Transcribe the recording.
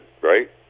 right